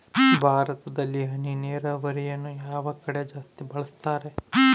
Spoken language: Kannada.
ಭಾರತದಲ್ಲಿ ಹನಿ ನೇರಾವರಿಯನ್ನು ಯಾವ ಕಡೆ ಜಾಸ್ತಿ ಬಳಸುತ್ತಾರೆ?